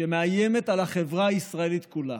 שמאיימת על החברה הישראלית כולה.